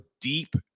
deep